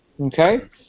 Okay